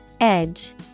Edge